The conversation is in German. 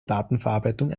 datenverarbeitung